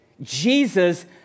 Jesus